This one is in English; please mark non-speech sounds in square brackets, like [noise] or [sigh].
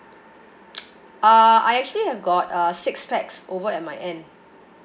[noise] uh I actually have got uh six pax over at my end